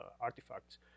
artifacts